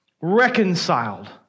reconciled